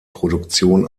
produktion